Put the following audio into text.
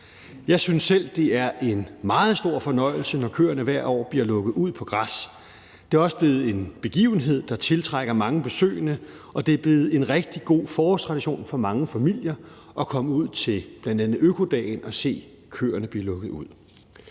Jeg synes selv, det er en meget stor fornøjelse, når køerne hvert år bliver lukket ud på græs. Det er også blevet en begivenhed, der tiltrækker mange besøgende, og det er blevet en rigtig god forårstradition for mange familier at komme ud til bla. Økodag og se køerne blive lukket ud.